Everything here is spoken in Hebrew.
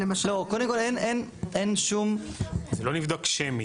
זה לא לבדוק שמית.